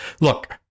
Look